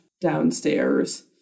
downstairs